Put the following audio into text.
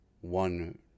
one